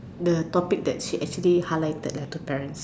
the topics that she actually highlighted like a parents